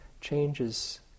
changes